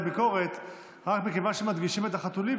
רק מכיוון שמדגישים את החתולים,